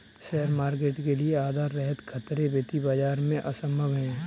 share market के लिये आधार रहित खतरे वित्तीय बाजार में असम्भव हैं